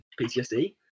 PTSD